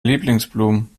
lieblingsblumen